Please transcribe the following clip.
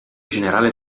generale